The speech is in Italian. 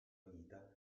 vita